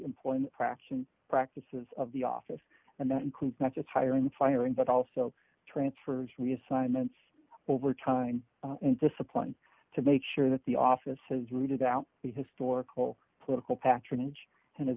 employee fraction practices of the office and that includes not just hiring firing but also transfers reassignments over time and discipline to make sure that the offices rooted out the historical political patronage and